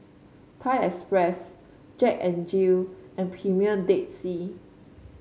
Thai Express Jack N Jill and Premier Dead Sea